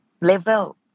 Level